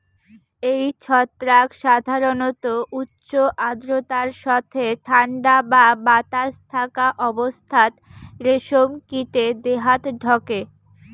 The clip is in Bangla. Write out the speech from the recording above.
এই ছত্রাক সাধারণত উচ্চ আর্দ্রতার সথে ঠান্ডা বা বাতাস থাকা অবস্থাত রেশম কীটে দেহাত ঢকে